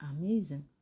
Amazing